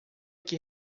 que